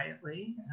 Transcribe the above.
quietly